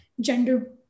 gender